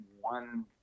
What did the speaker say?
one